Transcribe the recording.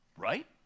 Right